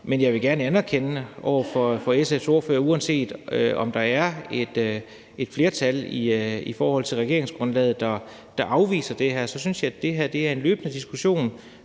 Men jeg vil gerne anerkende over for SF's ordfører, at uanset om der er et flertal i forhold til regeringsgrundlaget, der afviser det her, så synes jeg, det her er en løbende diskussion,